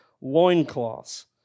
loincloths